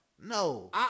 No